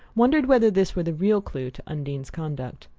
wondered whether this were the real clue to undine's conduct.